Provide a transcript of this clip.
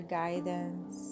guidance